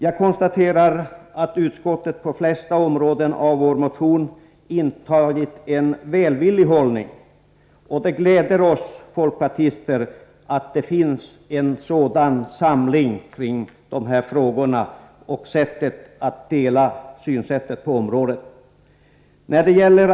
Jag konstaterar att utskottet på de flesta områden som berörs i vår motion intagit en välvillig hållning. Det gläder oss folkpartister att det finns en sådan samling kring de här frågorna och ett gemensamt synsätt på dem.